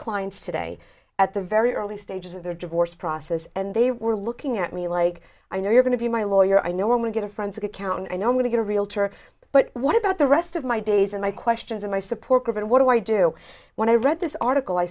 clients today at the very early stages of their divorce process and they were looking at me like i know you're going to be my lawyer i know when we get a forensic accountant i know i'm going to get a realtor but what about the rest of my days and my questions and my supportive and what do i do when i read this article i